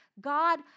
God